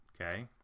Okay